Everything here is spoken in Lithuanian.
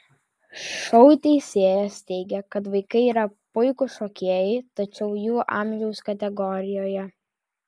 šou teisėjas teigė kad vaikai yra puikūs šokėjai tačiau jų amžiaus kategorijoje